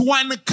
one